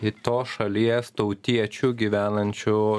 į tos šalies tautiečių gyvenančių